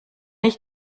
ich